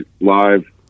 live